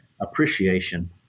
appreciation